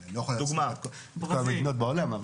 אני לא יכול לומר את כל המדינות בעולם.